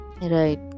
right